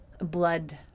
blood